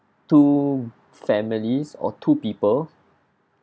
two families or two people